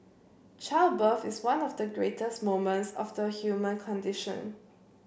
childbirth is one of the greatest moments of the human condition